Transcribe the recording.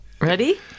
Ready